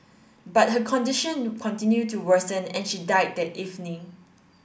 but her condition continued to worsen and she died that evening